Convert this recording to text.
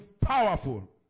powerful